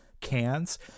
cans